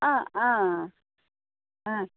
आं आं आं